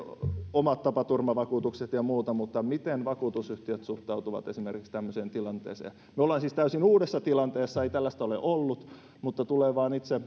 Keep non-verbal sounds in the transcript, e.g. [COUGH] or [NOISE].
omat tapaturmavakuutukset ja muuta mutta miten vakuutusyhtiöt suhtautuvat esimerkiksi tämmöiseen tilanteeseen me olemme siis täysin uudessa tilanteessa ei tällaista ole ollut mutta tulee vain itse [UNINTELLIGIBLE]